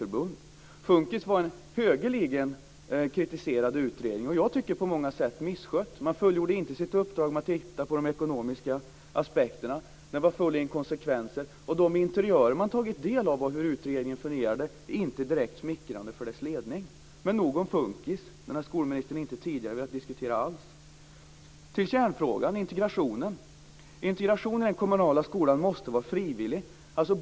"Funkis" var en högeligen kritiserad och - tycker jag - på många sätt misskött utredning. Man fullgjorde inte sitt uppdrag, de ekonomiska aspekterna var inkonsekventa. De interiörer jag har tagit del av hur utredningen fungerade har inte varit direkt smickrande för dess ledning. Men nog om "Funkis". Den har skolministern tidigare inte velat diskutera. Låt mig gå till kärnfrågan, nämligen integrationen. Integrationen i den kommunala skolan måste vara frivillig.